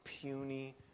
puny